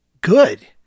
good